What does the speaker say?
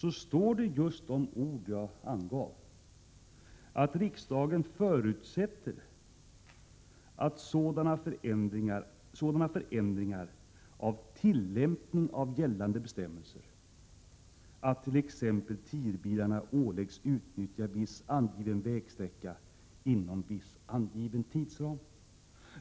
I uttalandet står just de ord jag yttrade, att riksdagen ”förutsätter ——— sådan förändring av hittillsvarande tillämpning av gällande bestämmelser att t.ex. TIR-bilarna åläggs utnyttja viss angiven vägsträcka inom viss angiven tidsram”.